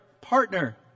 partner